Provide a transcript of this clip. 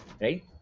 Right